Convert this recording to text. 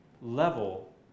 level